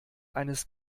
eines